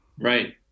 Right